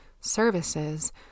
services